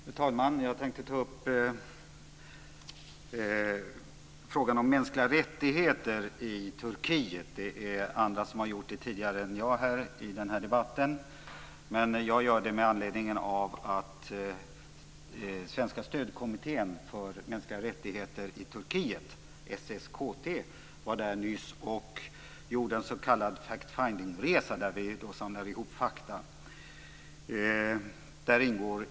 Fru talman! Jag tänkte ta upp frågan om mänskliga rättigheter i Turkiet. Det är andra som har gjort det före mig i denna debatt, men jag gör det med anledning av att Svenska stödkommittén för mänskliga rättigheter i Turkiet - SSKT - var där nyss och gjorde en s.k. fact finding-resa, där vi samlade ihop fakta.